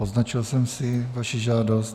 Poznačil jsem si vaši žádost.